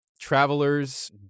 travelers